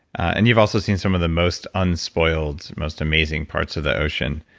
and you've also seen some of the most unspoiled, most amazing parts of the ocean.